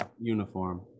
uniform